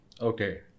Okay